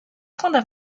points